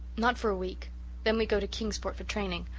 not for a week then we go to kingsport for training.